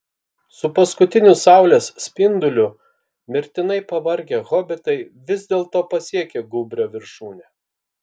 su paskutiniu saulės spinduliu mirtinai pavargę hobitai vis dėlto pasiekė gūbrio viršūne